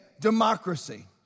democracy